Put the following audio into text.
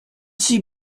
six